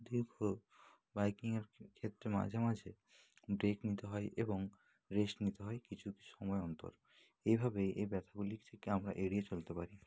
দীর্ঘ বাইকিংয়ের ক্ষেত্রে মাঝে মাঝে ব্রেক নিতে হয় এবং রেস্ট নিতে হয় কিছু কিছু সময় অন্তর এভাবেই এই ব্যথাগুলি থেকে আমরা এড়িয়ে চলতে পারি